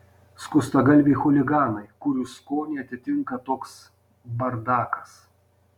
skustagalviai chuliganai kurių skonį atitinka toks bardakas